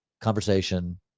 conversation